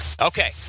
Okay